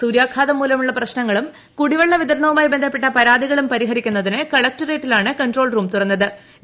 സൂര്യാഘാതം മൂലമുള്ള പ്രശ്നങ്ങളും കുടിവെള്ള വിതരണവുമായി ബന്ധപ്പെട്ട പരാതികളും പരിഹരിക്കുന്നതിന് കലക്ട്രേറ്റിലാണ് കൺട്രോൾ റൂം തുറന്നുത്ത്